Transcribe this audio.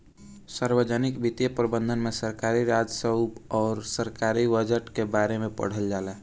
सार्वजनिक वित्तीय प्रबंधन में सरकारी राजस्व अउर सरकारी बजट के बारे में पढ़ल जाला